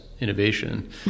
innovation